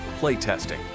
playtesting